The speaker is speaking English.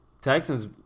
Texans